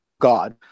god